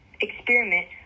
experiment